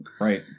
Right